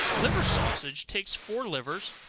liver sausage take four livers,